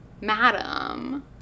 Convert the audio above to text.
madam